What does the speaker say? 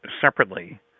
separately